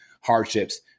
hardships